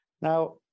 Now